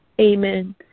Amen